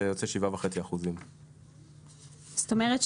זה יוצא 7.5%. כלומר,